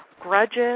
grudges